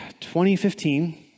2015